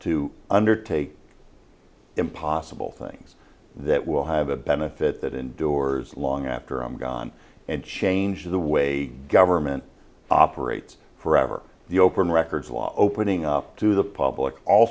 to undertake impossible things that will have a benefit that indoors long after i'm gone and change the way government operates forever the open records law opening up to the public all